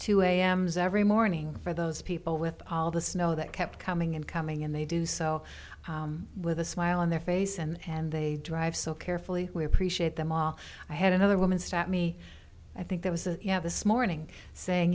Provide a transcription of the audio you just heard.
two am zaveri morning for those people with all the snow that kept coming and coming and they do so with a smile on their face and they drive so carefully we appreciate them all i had another woman stop me i think there was a you know this morning saying